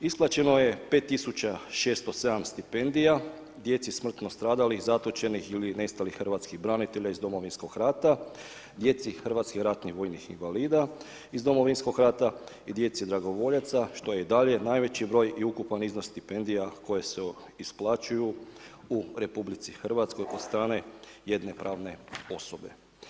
Isplaćeno 5 tisuća 607 stipendija djeci smrtno stradalih, zatočenih ili nestalih hrvatskih branitelja iz Domovinskog rata, djeci hrvatskih ratnih vojnih invalida iz Domovinskog rata i djeci dragovoljaca što je i dalje najveći broj i ukupan iznos stipendija koje se isplaćuju u RH od strane jedne pravne osobe.